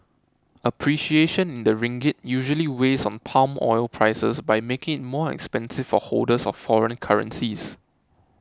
appreciation in the ringgit usually weighs on palm oil prices by making it more expensive for holders of foreign currencies